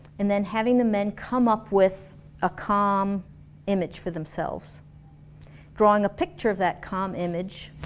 and then having the men come up with a calm image for themselves drawing a picture of that calm image,